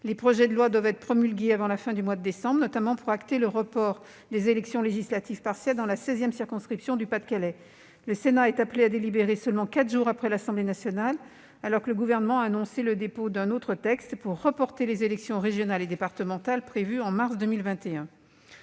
les projets de loi doivent être promulgués avant la fin du mois de décembre, notamment pour acter le report des élections législatives partielles dans la sixième circonscription du Pas-de-Calais. Le Sénat est appelé à délibérer seulement quatre jours après l'Assemblée nationale, alors que le Gouvernement a annoncé le dépôt d'un autre texte pour reporter les élections régionales et départementales prévues en mars 2021.